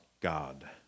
God